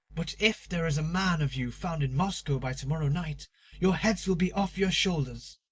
but if there is a man of you found in moscow by to-morrow night your heads will be off your shoulders.